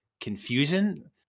confusion